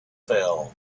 fell